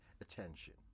attention